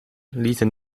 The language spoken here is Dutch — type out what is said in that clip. lieten